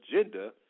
agenda